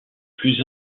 plus